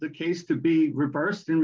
the case to be reversed